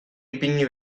ipini